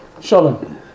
Shalom